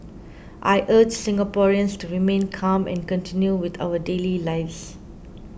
I urge Singaporeans to remain calm and continue with our daily lives